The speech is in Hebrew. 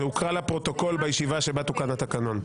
חוק ומשפט): זה הוקרא לפרוטוקול בישיבה שבה תוקן התקנון.